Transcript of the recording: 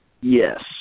Yes